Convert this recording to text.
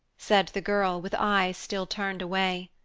said the girl, with eyes still turned away.